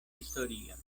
historion